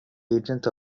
agent